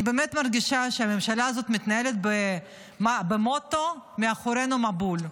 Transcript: אני באמת מרגישה שהממשלה הזו מתנהלת במוטו: מאחורינו המבול.